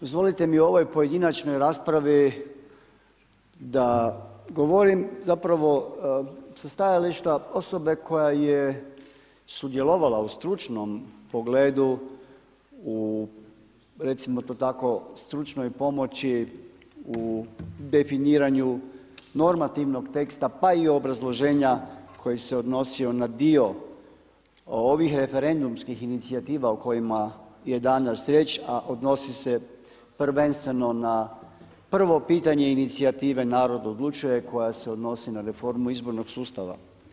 Dozvolite mi u ovoj pojedinačnoj raspravi da govorim zapravo sa stajališta osobe koja je sudjelovala u stručnom pogledu u recimo to tako, stručnoj pomoći u definiranju normativnog teksta, pa i obrazloženja koji se odnosio na dio ovih referendumskih inicijativa o kojima je danas riječ, a odnosi se prvenstveno na prvo pitanje Inicijative Narod odlučuje koja se odnosi na reformu izbornog sustava.